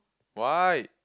why